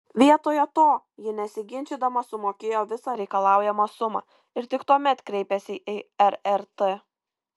vietoje to ji nesiginčydama sumokėjo visą reikalaujamą sumą ir tik tuomet kreipėsi į rrt